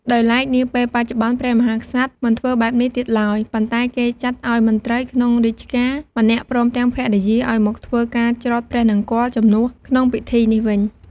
ដោយឡែកនាពេលបច្ចុប្បន្នព្រះមហាក្សត្រ មិនធ្វើបែបនេះទៀតឡើយ ប៉ុន្ដែគេចាត់ឲ្យមន្រ្តីក្នុងរាជការម្នាក់ព្រមទាំងភរិយាឲ្យមកធ្វើការច្រត់ព្រះនង្គ័លជំនួសក្នុងពិធីនេះវិញ។